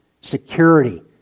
Security